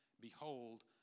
Behold